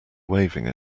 waving